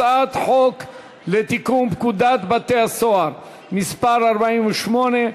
הצעת חוק לתיקון פקודת בתי-הסוהר (מס' 48)